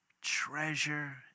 treasure